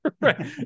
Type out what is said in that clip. Right